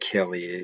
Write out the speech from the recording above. Kelly